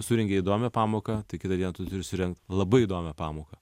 surenki įdom surengi įdomią pamoką tai kitą dieną tu turi surengt labai įdomią pamoką